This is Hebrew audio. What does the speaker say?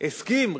הסכים,